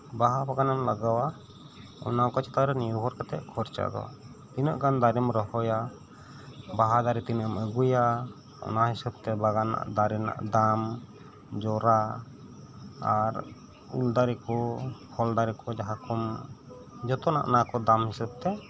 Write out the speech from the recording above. ᱵᱟᱦᱟ ᱵᱟᱜᱟᱱᱮᱢ ᱞᱟᱜᱟᱣᱟ ᱚᱱᱠᱟ ᱪᱮᱛᱟᱱᱨᱮ ᱱᱤᱨᱵᱷᱚᱨ ᱠᱟᱛᱮᱫ ᱠᱷᱚᱨᱪᱟ ᱫᱚ ᱛᱤᱱᱟᱹᱜ ᱜᱟᱱ ᱫᱟᱨᱮᱢ ᱨᱚᱦᱚᱭᱟ ᱵᱟᱦᱟ ᱫᱟᱨᱮ ᱛᱤᱱᱟᱹᱜ ᱮᱢ ᱟᱹᱜᱩᱭᱟ ᱚᱱᱟ ᱦᱤᱥᱟᱹᱵ ᱛᱮ ᱵᱟᱜᱟᱱ ᱨᱮᱱᱟᱜ ᱫᱟᱨᱮ ᱨᱮᱱᱟᱜ ᱫᱟᱢ ᱡᱚᱨᱟ ᱟᱨ ᱩᱞ ᱫᱟᱨᱮᱠᱚ ᱯᱷᱚᱞ ᱫᱟᱨᱮᱠᱚ ᱡᱟᱦᱟᱸᱠᱚᱢ ᱡᱚᱛᱚᱱᱟ ᱚᱱᱟᱠᱚ ᱫᱟᱢ ᱦᱤᱥᱟᱹᱵᱽ ᱛᱮ